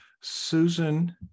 Susan